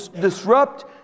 disrupt